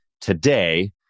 today